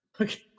Okay